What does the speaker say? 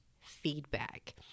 feedback